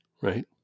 right